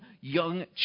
young